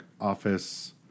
Office